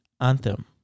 anthem